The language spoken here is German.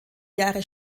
jahre